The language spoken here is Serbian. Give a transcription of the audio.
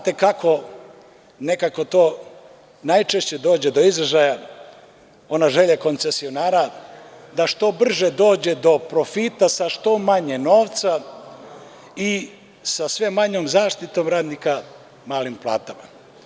To najčešće dođe do izražaja, ona želja koncesionara da što brže dođe do profita sa što manje novca i sa sve manjom zaštitom radnika sa malim platama.